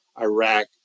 Iraq